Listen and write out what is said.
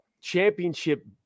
championship